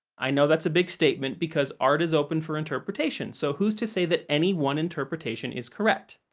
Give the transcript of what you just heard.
i know that's a big statement, because art is open for interpretation, so who's to say that any one interpretation is correct?